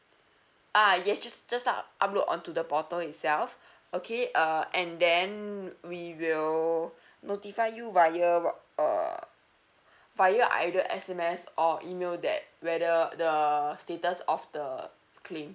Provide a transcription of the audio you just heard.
ah yes just just upload on to the portal itself okay uh and then we will notify you via uh via either S_M_S or email that whether the status of the claim